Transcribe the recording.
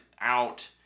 out